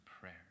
prayer